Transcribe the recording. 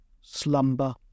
slumber